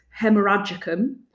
hemorrhagicum